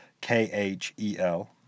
K-H-E-L